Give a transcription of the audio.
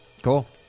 Cool